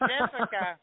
Jessica